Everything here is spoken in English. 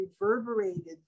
reverberated